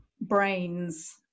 brains